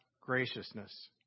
graciousness